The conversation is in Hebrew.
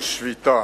שביתה.